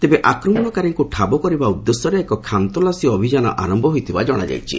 ତେବେ ଆକ୍ରମଣକାରୀଙ୍କୁ ଠାବ କରିବା ଉଦ୍ଦେଶ୍ୟରେ ଏକ ଖାନ୍ତଲାସୀ ଅଭିଯାନ ଆରମ୍ଭ ହୋଇଥିବା ଜଣାଯାଇଛି